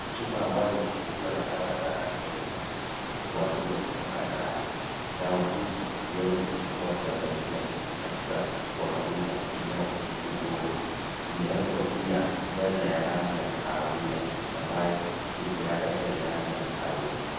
Chupa ambayo imefunguliwa na dawa za rangi nyekundu kuanguka kutoka ndani dawa hizi huenda zikakuwa zinasaidia katika kuangamiza minyoo tumboni zimewekwa kwenye meza ya rangi ya kahawia ambayo mifuniko yake pia ni rangi ya kahawia.